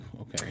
okay